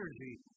energy